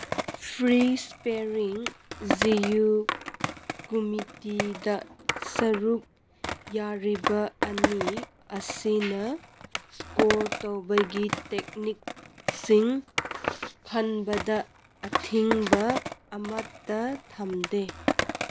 free sparring ꯖꯤ ꯌꯨ ꯀꯨꯃꯤꯇꯤꯗ ꯁꯔꯨꯛ ꯌꯥꯔꯤꯕ ꯑꯅꯤ ꯑꯁꯤꯅ ꯏꯁꯀꯣꯔ ꯇꯧꯕꯒꯤ ꯇꯦꯛꯅꯤꯛꯁꯤꯡ ꯈꯟꯕꯗ ꯑꯊꯤꯡꯕ ꯑꯃꯠꯇ ꯊꯝꯗꯦ